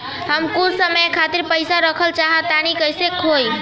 हम कुछ समय खातिर पईसा रखल चाह तानि कइसे होई?